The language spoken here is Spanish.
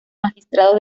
magistrados